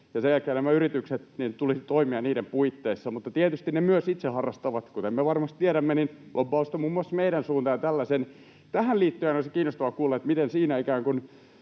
sen jälkeen näiden yritysten tulisi toimia niiden puitteissa. Mutta tietysti ne myös itse harrastavat, kuten me varmasti tiedämme, lobbausta muun muassa meidän suuntaan. Ja tähän liittyen olisi kiinnostavaa kuulla, miten siinä ikään kuin